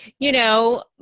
you know,